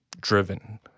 driven